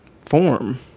form